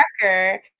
Parker